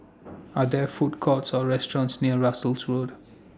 Are There Food Courts Or restaurants near Russels Road